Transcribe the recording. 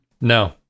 No